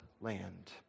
land